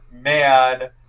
man